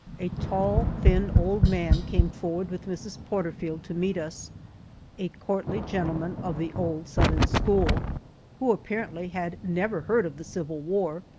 a tall, thin old man came forward with mrs. porterfield to meet us a courtly gentleman of the old southern school who, apparently, had never heard of the civil war,